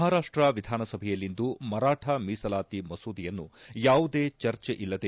ಮಹಾರಾಷ್ಷ ವಿಧಾನಸಭೆಯಲ್ಲಿಂದು ಮರಾಠ ಮೀಸಲಾತಿ ಮಸೂದೆಯನ್ನು ಯಾವುದೇ ಚರ್ಚೆಯಿಲ್ಲದೆ